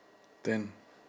ten